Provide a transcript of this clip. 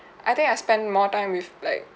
I think I spend more time with like